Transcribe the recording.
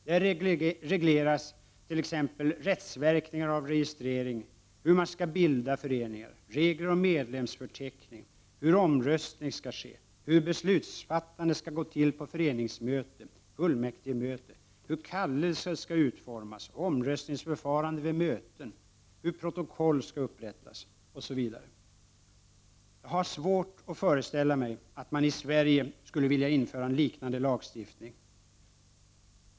Där regleras t.ex. rättsverkningar av registrering, hur man skall bilda föreningar, regler om medlemsförteckning, hur omröstning skall ske, hur beslutsfattandet skall gå till på föreningsmöte och fullmäktigemöte, hur kallelse skall utformas, omröstningsförfarande vid möten, hur protokoll skall upprättas, osv. Jag har svårt att föreställa mig att man i Sverige skulle vilja införa en liknande lagstiftning.